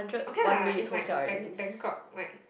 okay lah is like bang Bangkok like